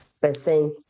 percent